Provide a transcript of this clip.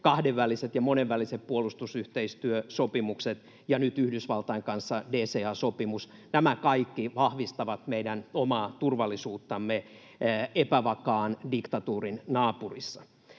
kahdenväliset ja monenväliset puolustusyhteistyösopimukset ja nyt Yhdysvaltain kanssa DCA-sopimus — nämä kaikki vahvistavat meidän omaa turvallisuuttamme epävakaan diktatuurin naapurissa.